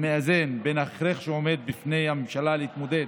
המאזן בין ההכרח שעומד בפני הממשלה להתמודד